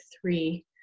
three